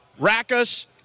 Rackus